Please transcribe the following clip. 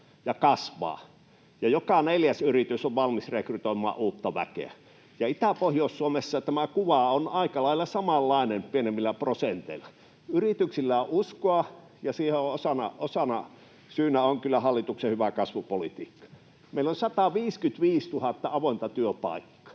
ja joka neljäs yritys on valmis rekrytoimaan uutta väkeä. Itä-, Pohjois-Suomessa tämä kuva on aika lailla samanlainen pienemmillä prosenteilla. Yrityksillä on uskoa, ja siihen osasyynä on kyllä hallituksen hyvä kasvupolitiikka. Meillä on 155 000 avointa työpaikkaa,